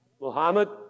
Muhammad